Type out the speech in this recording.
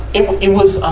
it, it was, um,